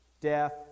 death